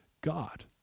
God